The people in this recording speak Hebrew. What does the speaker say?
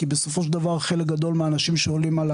כי בסופו של דבר חלק גדול מאלה שעולים על